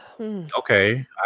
Okay